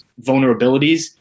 vulnerabilities